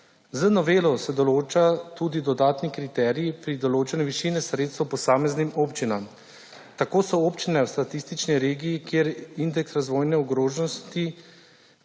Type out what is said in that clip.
Z novelo se določajo tudi dodatni kriteriji pri določanju višine sredstev posameznim občinam. Tako so občine v statistični regiji, kjer indeks razvojne ogroženosti